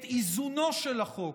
את איזונו של החוק